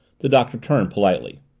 the doctor turned, politely.